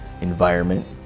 environment